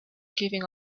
giving